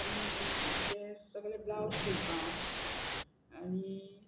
आनी सगळे ब्लावज शिंवता हांव आनी